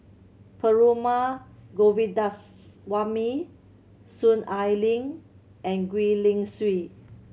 Perumal Govindaswamy Soon Ai Ling and Gwee Li Sui